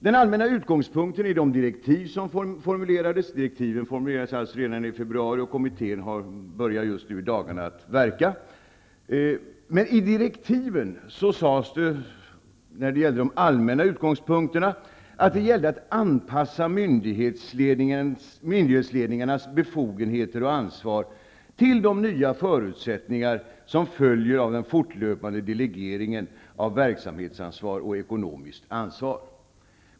Den allmänna utgångspunkten i de direktiv som formulerades i februari -- kommittén började att verka i dagarna -- beträffande de allmänna utgångspunkterna var att det gäller att anpassa myndighetsledningarnas befogenheter och ansvar till de nya förutsättningar som följer av den fortlöpande delegeringen av verksamhetsansvar och ekonomiskt ansvar.